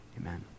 amen